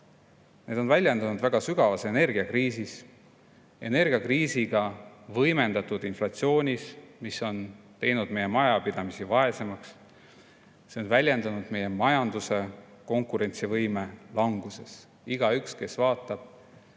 Need on väljendunud väga sügavas energiakriisis ja energiakriisiga võimendatud inflatsioonis, mis on teinud meie majapidamisi vaesemaks. Need on väljendunud meie majanduse konkurentsivõime languses. Igaüks, kes vaatab